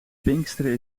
pinksteren